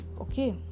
Okay